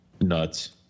nuts